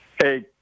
Hey